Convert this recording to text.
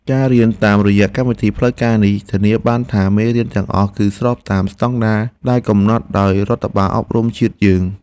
ការរៀនតាមរយៈកម្មវិធីផ្លូវការនេះធានាបានថាមេរៀនទាំងអស់ គឺស្របតាមស្តង់ដារដែលកំណត់ដោយរដ្ឋបាលអប់រំជាតិយើង។